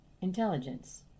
intelligence